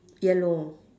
yellow